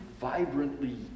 vibrantly